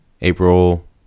april